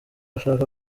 ashaka